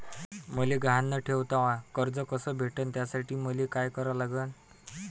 मले गहान न ठेवता कर्ज कस भेटन त्यासाठी मले का करा लागन?